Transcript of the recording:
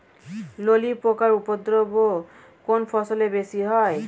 ললি পোকার উপদ্রব কোন ফসলে বেশি হয়?